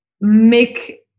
make